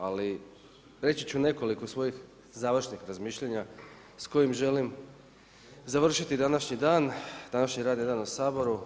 Ali reći ću nekoliko svojih završnih razmišljanja s kojim želim završiti današnji dan, današnji radni dan u Saboru.